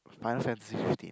Final-Fantasy-Fifteen